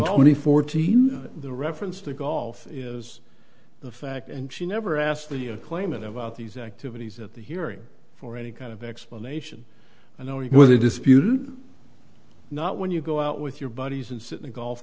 many fourteen the reference to golf is the fact and she never asked the claimant about these activities at the hearing for any kind of explanation i know he was a dispute not when you go out with your buddies and sit in a golf